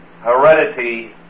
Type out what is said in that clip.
heredity